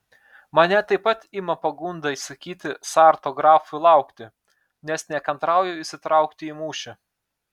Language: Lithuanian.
mane taip pat ima pagunda įsakyti sarto grafui laukti nes nekantrauju įsitraukti į mūšį